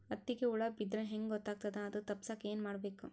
ಹತ್ತಿಗ ಹುಳ ಬಿದ್ದ್ರಾ ಹೆಂಗ್ ಗೊತ್ತಾಗ್ತದ ಅದು ತಪ್ಪಸಕ್ಕ್ ಏನ್ ಮಾಡಬೇಕು?